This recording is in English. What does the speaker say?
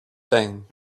thing